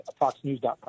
FoxNews.com